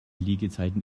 liegezeiten